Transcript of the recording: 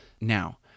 Now